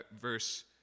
verse